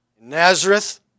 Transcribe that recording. nazareth